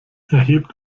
erhebt